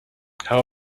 how